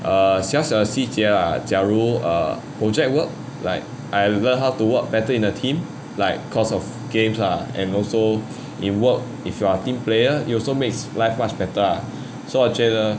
err 小小的细节啊假如 err project work like I learn how to work better in a team like cause of games ah and also in work if you are a team player you also makes life much better ah 所以我觉得